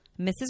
Mrs